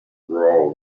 rural